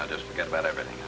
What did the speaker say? i just forget about everything